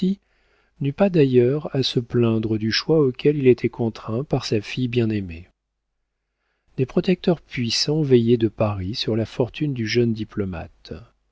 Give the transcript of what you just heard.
n'eut pas d'ailleurs à se plaindre du choix auquel il était contraint par sa fille bien-aimée des protecteurs puissants veillaient de paris sur la fortune du jeune diplomate